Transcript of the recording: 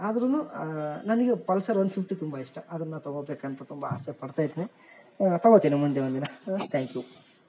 ಆದ್ರೂ ನನಗೆ Pulsar one fifty ತುಂಬ ಇಷ್ಟ ಅದನ್ನು ತಗೋಬೇಕಂತ ತುಂಬ ಆಸೆ ಪಡ್ತಾ ಇದೀನಿ ತಗೋತೀನಿ ಮುಂದೆ ಒಂದಿನ ತ್ಯಾಂಕ್ ಯು